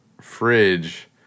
fridge